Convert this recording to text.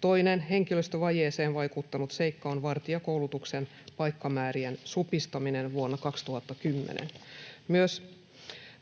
Toinen henkilöstövajeeseen vaikuttanut seikka on vartijakoulutuksen paikkamäärien supistaminen vuonna 2010. Myös